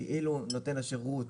כאילו נותן השירות,